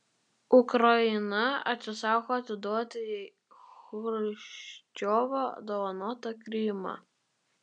ukraina atsisako atiduoti jai chruščiovo dovanotą krymą